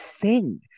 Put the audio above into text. sing